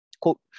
Quote